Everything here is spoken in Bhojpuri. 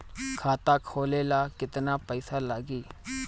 खाता खोले ला केतना पइसा लागी?